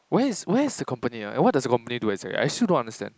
where is where is the company ah and what does the company do I still don't understand